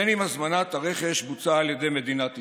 בין אם הזמנת הרכש בוצעה על ידי מדינת ישראל,